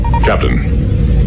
Captain